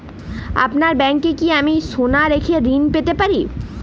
আপনার ব্যাংকে কি আমি সোনা রেখে ঋণ পেতে পারি?